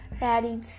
Ready